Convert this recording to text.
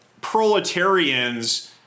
proletarians